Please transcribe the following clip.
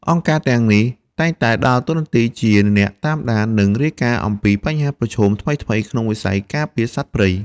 អង្គការទាំងនេះតែងតែដើរតួជាអ្នកតាមដាន និងរាយការណ៍អំពីបញ្ហាប្រឈមថ្មីៗក្នុងវិស័យការពារសត្វព្រៃ។